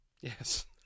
Yes